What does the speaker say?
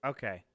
Okay